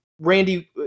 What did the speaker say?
Randy